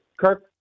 kirk